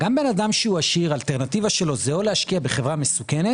גם בן אדם שהוא עשיר אלטרנטיבה שלא זה או להשקיע בחברה מסוכנת